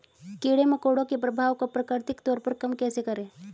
कीड़े मकोड़ों के प्रभाव को प्राकृतिक तौर पर कम कैसे करें?